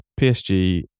PSG